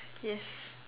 yes